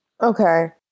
Okay